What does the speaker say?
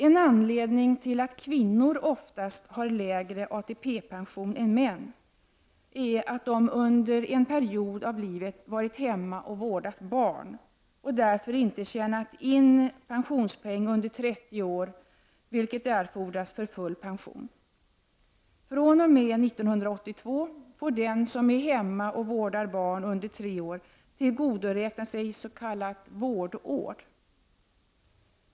En anledning till att kvinnor oftast har lägre ATP-pension än män är att de under en period av livet varit hemma och vårdat barn och därför inte tjänat in pensionspoäng under 30 år, vilket erfordras för full pension. fr.o.m. 1982 får den som är hemma och vårdar barn under tre års ålder tillgodoräkna sig s.k. vårdår.